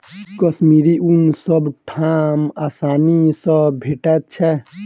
कश्मीरी ऊन सब ठाम आसानी सँ भेटैत छै